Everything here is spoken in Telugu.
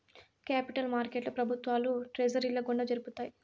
కేపిటల్ మార్కెట్లో ప్రభుత్వాలు ట్రెజరీల గుండా జరుపుతాయి